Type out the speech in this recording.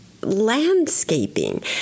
landscaping